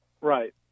Right